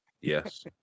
Yes